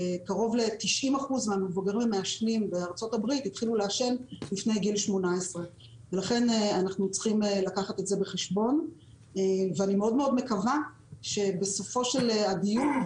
קרוב ל-90% מהמבוגרים המעשנים בארצות הברית התחילו לעשן לפני גיל 18. לכן אנחנו צריכים לקחת את זה בחשבון ואני מאוד מקווה שבסופו של הדיון,